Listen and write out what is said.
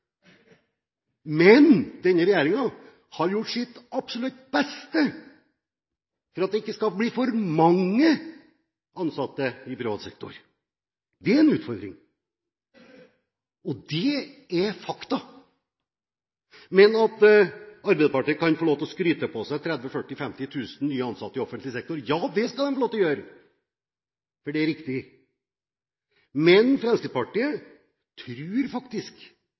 Men denne regjeringen har gjort sitt absolutt beste for at det ikke skal bli for mange ansatte i privat sektor. Det er en utfordring. Og det er fakta. Men at Arbeiderpartiet kan få lov til å skryte på seg 30 000–40 000–50 000 nye ansatte i offentlig sektor – ja, det skal de få lov til å gjøre, for det er riktig. Fremskrittspartiet tror faktisk